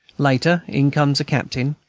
later, in comes a captain,